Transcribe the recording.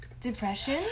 Depression